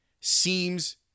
seems